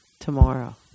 tomorrow